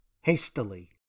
hastily